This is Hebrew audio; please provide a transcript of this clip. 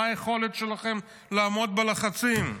מה היכולת שלכם לעמוד בלחצים?